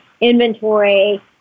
inventory